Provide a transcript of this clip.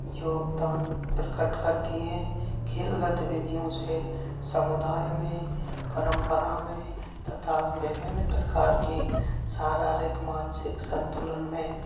योगदान प्रकट करती हैं खेल गतिविधियों से समुदाय में परम्परा में तथा विभिन्न प्रकार की शारीरिक मानसिक संतुलन में